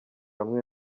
amwe